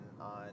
on